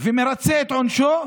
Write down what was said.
ומרצה את עונשו,